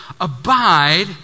abide